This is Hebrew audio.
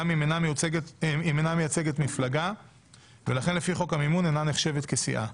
גם אם אינה מייצגת מפלגה ולכן לפי חוק המימון אינה נחשבת כסיעה.